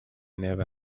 never